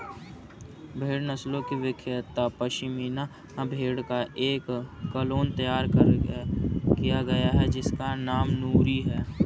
भेड़ नस्लों में विख्यात पश्मीना भेड़ का एक क्लोन तैयार किया गया है जिसका नाम नूरी है